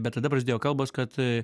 bet tada prasidėjo kalbos kad